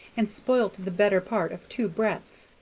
and spoilt the better part of two breadths.